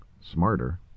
smarter